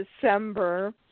December